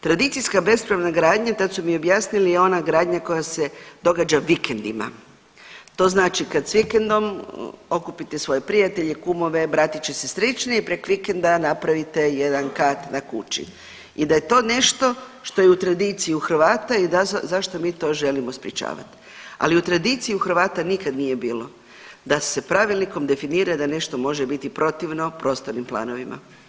Tradicijska bespravna gradnja tad su mi objasnili je ona gradnja koja se događa vikendima, to znači kad s vikendom okupite svoje prijatelje, kumove, bratiće i sestrične i prek vikenda napravite jedan kat na kući i da je to nešto što je u tradiciji u Hrvata i da zašto mi to želimo sprječavat, ali u tradiciji u Hrvata nikad nije bilo da se pravilnikom definira da nešto može biti protivno prostornim planovima.